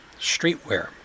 streetwear